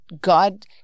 God